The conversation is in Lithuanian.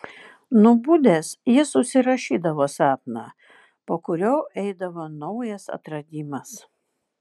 nubudęs jis užsirašydavo sapną po kurio eidavo naujas atradimas